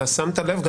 גלעד, שמת לב?